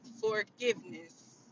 forgiveness